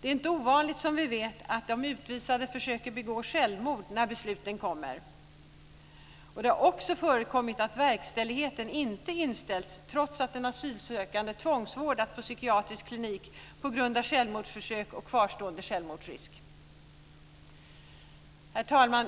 Det är inte ovanligt, som vi vet, att de utvisade försöker begå självmord när besluten kommer. Det har också förekommit att verkställigheten inte inställts trots att den asylsökande tvångsvårdas på psykiatrisk klinik på grund av självmordsförsök och kvarstående självmordsrisk. Herr talman!